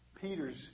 Peter's